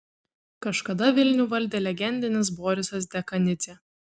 kažkada vilnių valdė legendinis borisas dekanidzė